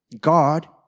God